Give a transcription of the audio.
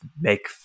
make